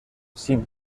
sin